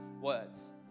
words